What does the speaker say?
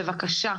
בבקשה,